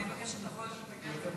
אני מבקשת לבוא אליך בעניין,